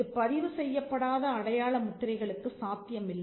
இது பதிவு செய்யப்படாத அடையாள முத்திரைகளுக்கு சாத்தியமில்லை